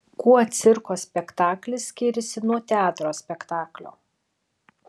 kuo cirko spektaklis skiriasi nuo teatro spektaklio